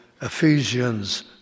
Ephesians